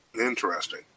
Interesting